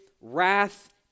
wrath